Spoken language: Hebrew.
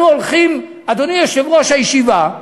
אנחנו הולכים אדוני יושב-ראש הישיבה,